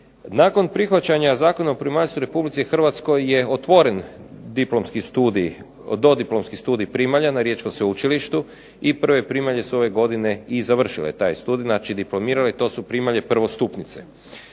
Nakon prihvaćanja Zakona o primaljstvu u Republici Hrvatskoj je otvoren diplomski studij, dodiplomski studij primalja na Riječkom sveučilištu i prve primalje su ove godine i završile taj studij, znači diplomirale i to su primalje prvostupnice.